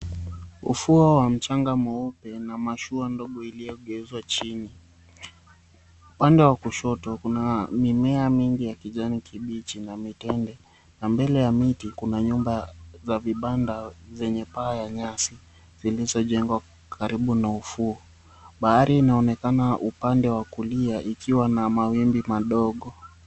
Ufuo wa mchanga mweupe na mashua ndogo iliyogeuzwa chini. Upande wa kushoto kuna mimea mingi ya kijani kibichi na mitende, na mbele ya miti kuna nyumba za vibanda zenye paa ya nyasi zilizojengwa karibu na ufuo. Bahari inaonekana upande wa kulia ikiwa na mawimbi madogo.